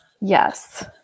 Yes